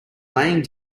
laying